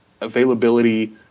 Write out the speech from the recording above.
availability